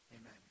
Amen